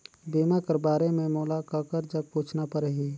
बीमा कर बारे मे मोला ककर जग पूछना परही?